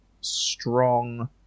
strong